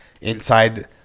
inside